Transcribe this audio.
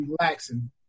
relaxing